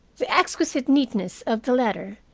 the exquisite neatness of the letter,